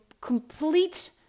complete